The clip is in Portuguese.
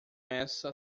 essa